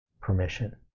permission